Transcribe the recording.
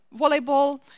volleyball